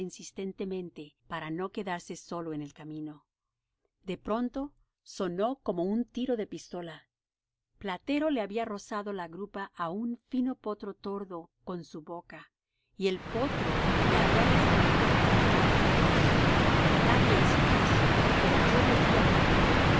insistentemente para no quedarse solo en el camino de pronto sonó como un tiro de pistola platero le había rozado la grupa á un fino potro tordo con su boca y el potro le había respondido con una rápida coz nadie hizo caso pero yo le vi á platero